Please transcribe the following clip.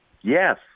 Yes